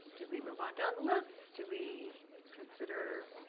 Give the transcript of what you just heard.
do we move on down the list? do we consider.